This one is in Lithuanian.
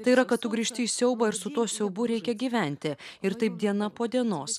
tai yra kad tu grįžti į siaubą ir su tuo siaubu reikia gyventi ir taip diena po dienos